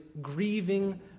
grieving